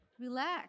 Relax